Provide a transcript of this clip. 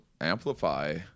amplify